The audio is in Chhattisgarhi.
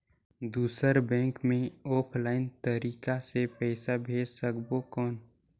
दुसर बैंक मे ऑफलाइन तरीका से पइसा भेज सकबो कौन?